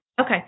Okay